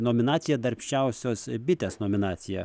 nominacija darbščiausios bitės nominacija